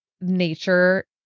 nature